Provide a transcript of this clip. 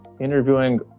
interviewing